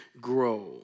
grow